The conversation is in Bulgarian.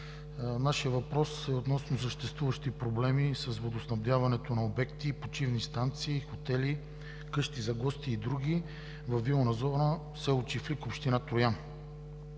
Нашият въпрос е относно съществуващи проблеми с водоснабдяването на обекти и почивни станции, хотели, къщи за гости и други във вилна зона в село Чифлик, община Троян.